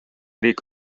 riik